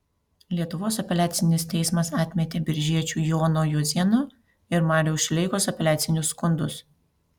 lietuvos apeliacinis teismas atmetė biržiečių jono juozėno ir mariaus šileikos apeliacinius skundus